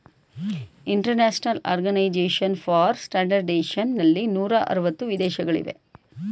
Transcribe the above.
international organization for standardization ನಲ್ಲಿ ನೂರ ಅರವತ್ತು ವಿದೇಶಗಳು ಇವೆ